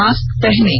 mask पहनें